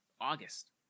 August